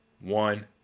one